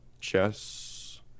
Chess